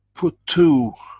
put two